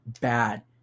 bad